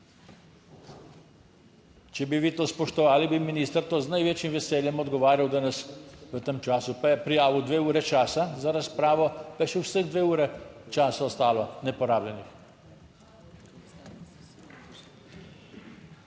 Če bi vi to spoštovali bi minister to z največjim veseljem odgovarjal danes v tem času, pa je prijavil 2 uri časa za razpravo, pa je še vsaj 2 uri časa ostalo neporabljenega.